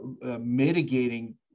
mitigating